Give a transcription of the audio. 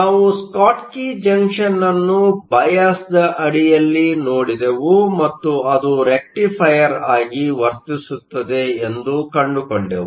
ನಾವು Schottky junction ಅನ್ನು ಬಯಾಸ್ದ ಅಡಿಯಲ್ಲಿ ನೋಡಿದೆವು ಮತ್ತು ಅದು ರಿಕ್ಟಿಫೈಯರ್ ಆಗಿ ವರ್ತಿಸುತ್ತದೆ ಎಂದು ಕಂಡುಕೊಂಡೆವು